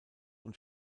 und